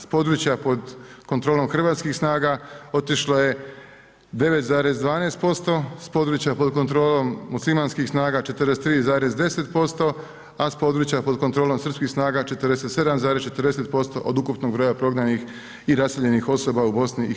S područja pod kontrolom hrvatskih snaga otišlo je 9,12%, s područja pod kontrolom muslimanskih snaga 43,10%, a s područja pod kontrolom srpskih snaga 47,40% od ukupnog broja prognanih i raseljenih osoba u BiH.